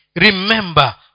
Remember